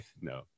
no